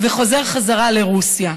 וחוזר לרוסיה.